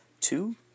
two